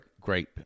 great